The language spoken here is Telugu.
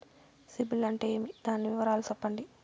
సిబిల్ అంటే ఏమి? దాని వివరాలు సెప్పండి?